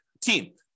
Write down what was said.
Team